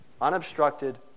unobstructed